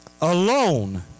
alone